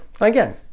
Again